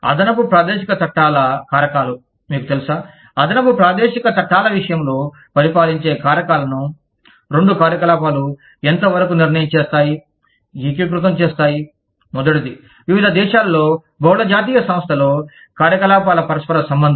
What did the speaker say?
అదనపు ప్రాదేశిక చట్టాల కారకాలు మీకు తెలుసా అదనపు ప్రాదేశిక చట్టాల విషయంలో పరిపాలించే కారకాలను రెండు కార్యకలాపాలు ఎంతవరకు నిర్ణయం చేస్తాయి ఏకీకృతం చేస్తాయి మొదటిది వివిధ దేశాలలో బహుళ జాతీయ సంస్థలో కార్యకలాపాల పరస్పర సంబంధం